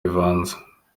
bivanze